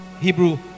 Hebrew